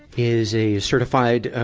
is a certified,